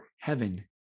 heaven